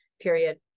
period